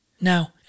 Now